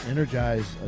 Energize